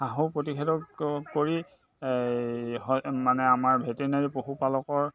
হাঁহৰ প্ৰতিষেধক কৰি হ মানে আমাৰ ভেটেনেৰি পশুপালকৰ